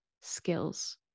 skills